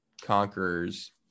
Conquerors